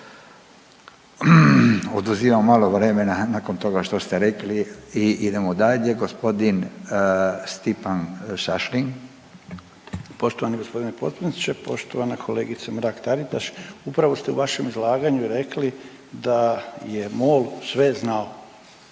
Oduzimam malo vremena nakon toga što ste rekli i idemo dalje gospodin Stipan Šašlin. **Šašlin, Stipan (HDZ)** Poštovani gospodine potpredsjedniče, poštovana kolegice Mrak Taritaš, upravo ste u vašem izlaganju rekli da je MOL sve znao.